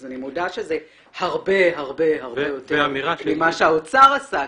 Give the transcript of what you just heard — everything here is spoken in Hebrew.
אז אני מודה שזה הרבה הרבה הרבה יותר ממה שעשה האוצר.